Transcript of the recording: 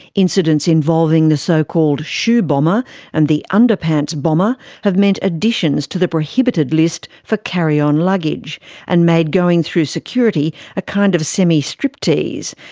incidents involving the so-called shoe bomber and the underpants bomber have meant additions to the prohibited list for carry-on luggage and made going through security a kind of semi-striptease.